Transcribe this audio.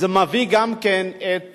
מגדיל גם את